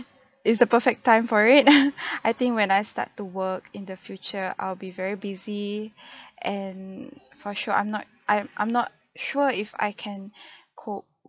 is the perfect time for it I think when I start to work in the future I'll be very busy and for sure I'm not I am I'm not sure if I can cope